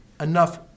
enough